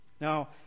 Now